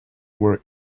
were